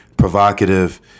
provocative